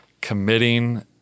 committing